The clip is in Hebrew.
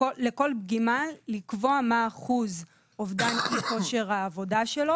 לכל פגימה לקבוע מה אחוז אובדן כושר העבודה שלו